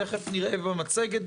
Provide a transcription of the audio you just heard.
ותכף נראה ודאי במצגת,